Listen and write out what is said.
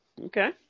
Okay